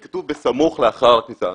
כתוב: "בסמוך לאחר הכניסה".